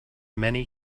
many